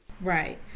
Right